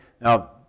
Now